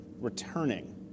returning